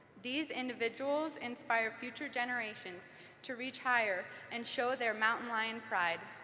these individuals inspire future generations to reach higher and show their mountain lion pride.